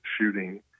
shooting